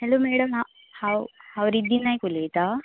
hello madam हांव हांव हांव रिद्दी नायक उलयतां